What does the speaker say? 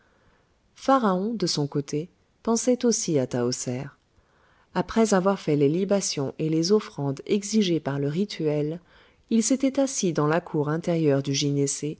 de son côté pensait aussi à tahoser après avoir fait les libations et les offrandes exigées par le rituel il s'était assis dans la cour intérieure du